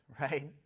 right